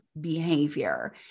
behavior